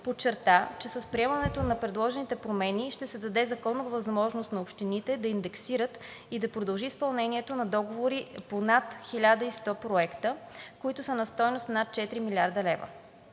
подчерта, че с приемането на предложените промени ще се даде законовата възможност на общините да индексират и да продължи изпълнението на договори по над 1100 проекта, които са на стойност над 4 млрд. лв.